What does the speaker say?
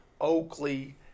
Oakley